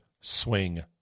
swing